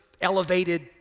elevated